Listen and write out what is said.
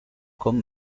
con